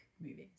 movies